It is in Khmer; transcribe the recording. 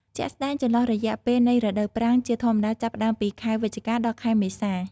ជាក់ស្តែងចន្លោះរយៈពេលនៃរដូវប្រាំង ជាធម្មតា ចាប់ផ្ដើមពីខែវិច្ឆិកា ដល់ខែមេសា។